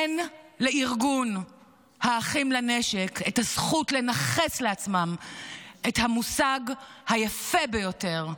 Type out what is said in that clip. אין לארגון האחים לנשק את הזכות לנכס לעצמם את המושג היפה ביותר,